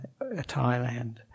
Thailand